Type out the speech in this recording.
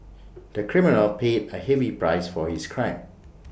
the criminal paid A heavy price for his crime